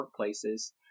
workplaces